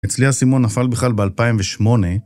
אצלי האסימון נפל בכלל ב-2008